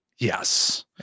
Yes